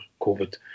COVID